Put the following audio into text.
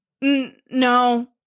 no